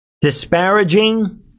disparaging